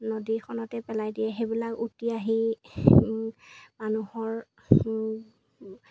নদীখনতে পেলাই দিয়ে সেইবিলাক উটি আহি মানুহৰ